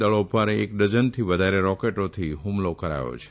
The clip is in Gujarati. દળો પર એક ડઝનથી વધારે રોકેટોથી હુમલો કરાયો છે